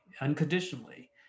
unconditionally